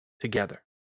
together